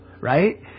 right